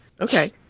Okay